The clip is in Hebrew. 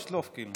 בשלוף כאילו.